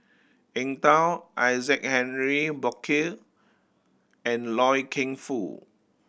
Eng Tow Isaac Henry Burkill and Loy Keng Foo